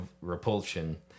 repulsion